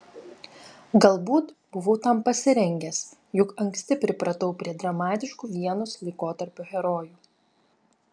galbūt buvau tam pasirengęs juk anksti pripratau prie dramatiškų vienos laikotarpio herojų